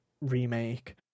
remake